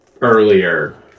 earlier